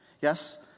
Yes